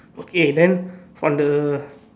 okay then on the